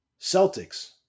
Celtics